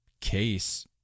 case